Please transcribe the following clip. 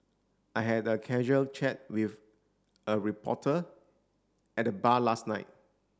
I had a casual chat with a reporter at the bar last night